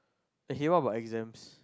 [ok] what about exams